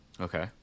Okay